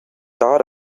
thought